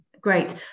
great